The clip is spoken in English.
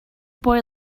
boy